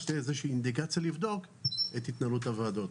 אז שתהיה איזושהי אינדיקציה לבדוק את התנהלות הוועדות.